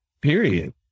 Period